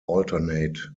alternate